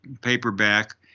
paperback